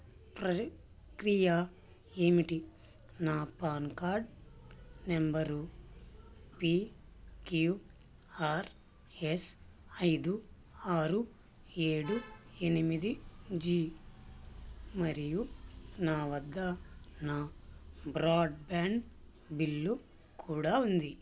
ప్రక్రియ ఏమిటి నా PAN card number P Q R S ఐదు ఆరు ఏడు ఎనిమిది జి మరియు నా వద్ద నా బ్రాడ్బ్యాండ్ బిల్లు కూడా ఉంది